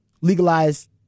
Legalize